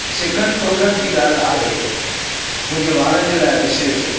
सिकन product जी ॻाल्हि आहे मुंहिंजे वारनि जे लाइ विशेष